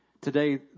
Today